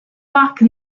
parc